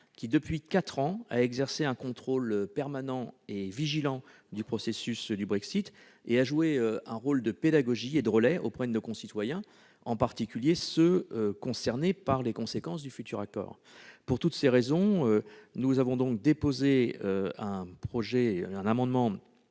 qui a, depuis quatre ans, exercé un contrôle permanent et vigilant sur le processus du Brexit et joué un rôle de pédagogie et de relais auprès de nos concitoyens, en particulier ceux concernés par les conséquences du futur accord. En conclusion, si nous avons déposé cet amendement